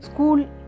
School